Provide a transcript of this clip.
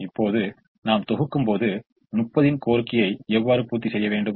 இப்போது நாம் தொகுக்கும்போது 30 இன் கோரிக்கையை எவ்வாறு பூர்த்தி செய்ய வேண்டும்